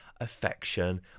affection